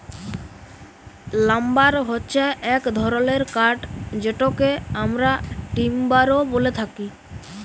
lumber হচ্যে এক ধরলের কাঠ যেটকে আমরা টিম্বার ও ব্যলে থাকি